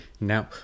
Now